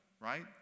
right